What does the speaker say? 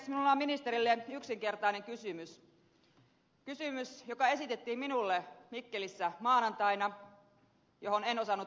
minulla on ministerille yksinkertainen kysymys kysymys joka esitettiin minulle mikkelissä maanantaina ja johon en osannut vastata